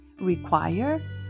require